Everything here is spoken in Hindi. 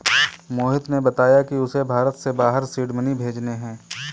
मोहिश ने बताया कि उसे भारत से बाहर सीड मनी भेजने हैं